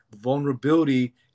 Vulnerability